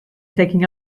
taking